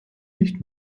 nicht